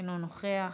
אינו נוכח,